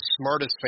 smartest